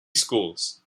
schools